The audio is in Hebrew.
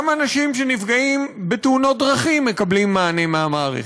גם אנשים שנפגעים בתאונות דרכים מקבלים מענה מהמערכת.